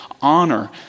honor